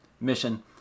mission